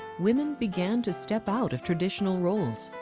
woman began to step out of traditional roles.